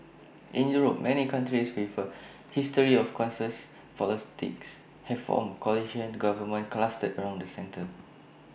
in Europe many countries with A history of consensus politics have formed coalition governments clustered around the centre